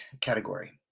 category